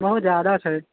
बहुत जादा छै